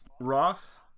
Roth